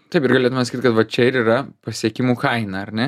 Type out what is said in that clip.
taip ir galėtume sakyt kad va čia ir yra pasiekimų kaina ar ne